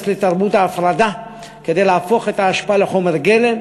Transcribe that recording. לתרבות ההפרדה כדי להפוך את האשפה לחומר גלם,